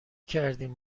کردیم